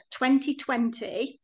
2020